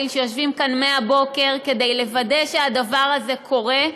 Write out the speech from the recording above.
שיושבים כאן מהבוקר כדי לוודא שהדבר הזה קורה,